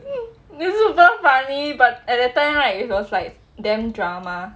it's super funny but at that time right was like damn drama